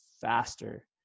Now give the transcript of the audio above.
faster